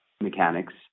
mechanics